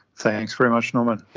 thanks very much, norman.